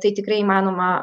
tai tikrai įmanoma